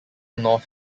north